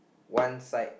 one side